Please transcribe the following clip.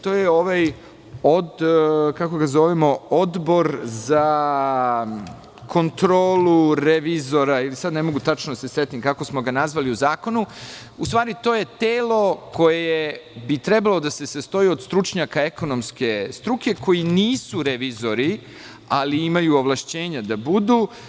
To je ovaj, kako ga zovemo, Odbor za kontrolu revizora, sada tačno ne mogu da se setim kako smo nazvali u zakonu, u stvari to je telo koje bi trebalo da se sastoji od stručnjaka ekonomske struke koji nisu revizori, ali imaju ovlašćenja da budu.